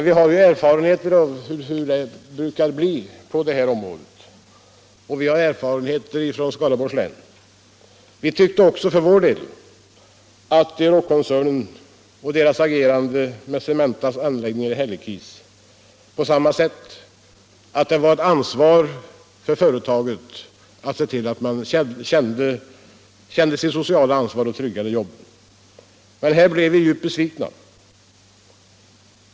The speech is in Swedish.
Vi har erfarenheter av hur det brukar bli, bl.a. från Skaraborgs län. Vi tyckte också för vår del att Euroc-koncernen hade ett ansvar för de anställda vid Cementas anläggningar i Hällekis, men vi blev djupt besvikna.